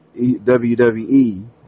wwe